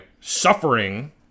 suffering